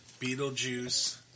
Beetlejuice